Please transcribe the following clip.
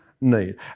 need